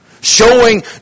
showing